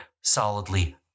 solidly